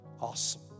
Awesome